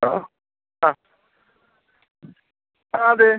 hello ആ ആ അതെ